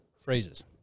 phrases